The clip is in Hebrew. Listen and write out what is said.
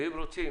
ואם רוצים